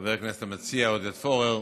חבר הכנסת המציע עודד פורר,